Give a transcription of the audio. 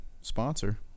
Sponsor